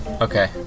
Okay